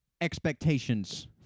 expectations